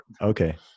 Okay